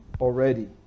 already